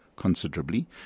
Considerably